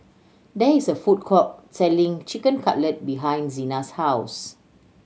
there is a food court selling Chicken Cutlet behind Xena's house